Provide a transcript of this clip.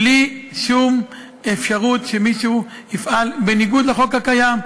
בלי שום אפשרות שמישהו יפעל בניגוד לחוק הקיים.